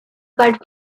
but